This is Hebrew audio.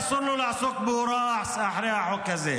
אסור לו לעסוק בהוראה אחרי החוק הזה,